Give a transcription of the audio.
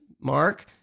Mark